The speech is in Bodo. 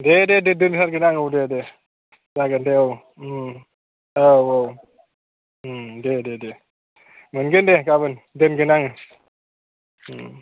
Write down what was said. दे दे दे दोनथारगोन आं औ दे दे जागोन दे औ औ औ दे दे दे मोनगोन दे गाबोन दोनगोन आं